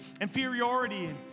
inferiority